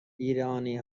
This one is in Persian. ایرانی